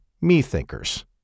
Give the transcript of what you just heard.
me-thinkers